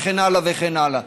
וכן הלאה וכן הלאה.